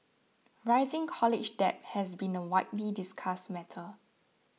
rising college debt has been a widely discussed matter